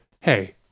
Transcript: hey